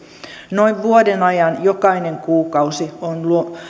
noin vuoden ajan jokainen kuukausi on